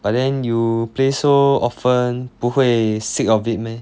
but then you play so often 不会 sick of it meh